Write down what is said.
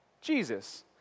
Jesus